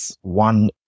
one